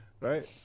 Right